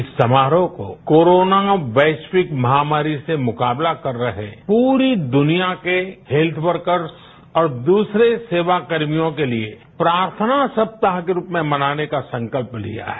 इस समारोह को कोरोना वैष्विक महामारी से मुकाबला कर रहे पूरी दुनिया के हेल्थ वर्कर्स और दूसरे सेवाकर्भियों के लिए प्रार्थना सप्ताह के रुप में मनाने का संकल्प लिया है